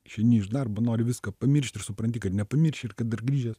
išeini iš darbo nori viską pamiršti ir supranti kad nepamirši ir kad dar grįžęs